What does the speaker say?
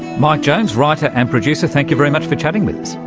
mike jones, writer and producer, thank you very much for chatting with us.